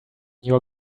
your